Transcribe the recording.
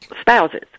spouses